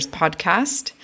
podcast